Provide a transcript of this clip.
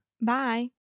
Bye